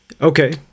Okay